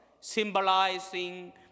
symbolizing